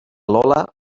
lola